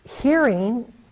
hearing